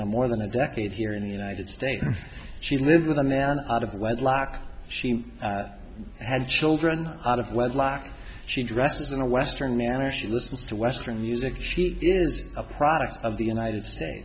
know more than a decade here in the united states she lived with a man out of wedlock she had children out of wedlock she dresses in a western manner she listens to western music she is a product of the united states